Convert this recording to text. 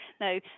No